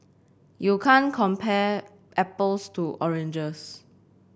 you can't compare apples to oranges